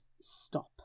stop